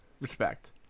respect